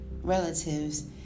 relatives